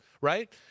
right